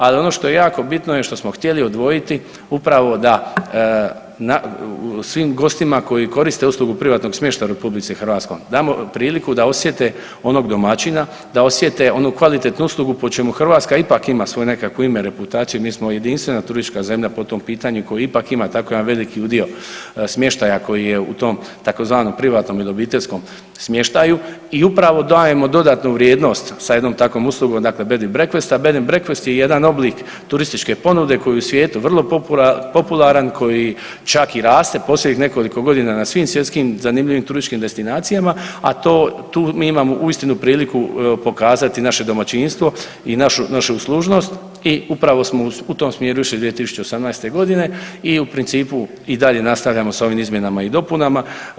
Al ono što je jako bitno je što smo htjeli odvojiti upravo da svim gostima koji koriste uslugu privatnog smještaja u RH damo priliku da osjete onog domaćina, da osjete onu kvalitetnu uslugu po čemu Hrvatska ipak ima svoje nekakvo ime, reputaciju, mi smo jedinstvena turistička zemlja po tom pitanju koja ipak ima tako jedan veliki udio smještaja koji je u tom tzv. privatnom ili obiteljskom smještaju i upravo dajemo dodatnu vrijednost sa jednom takvom uslugom dakle bed and breakfest, a bed and breakfest je jedan oblik turističke ponude koji je u svijetu vrlo popularan, koji čak i raste posljednjih nekoliko godina na svim svjetskim zanimljivim turističkim destinacijama, a to, tu mi imamo uistinu priliku pokazati naše domaćinstvo i našu, našu uslužnost i upravo smo u tom smjeru išli 2018. godine i u principu i dalje nastavljamo s ovim izmjenama i dopunama.